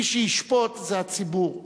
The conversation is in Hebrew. מי שישפוט זה הציבור.